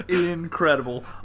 incredible